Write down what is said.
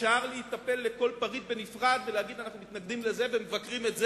אפשר להיטפל לכל פריט בנפרד ולהגיד: אנחנו מתנגדים לזה ומבקרים את זה,